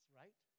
right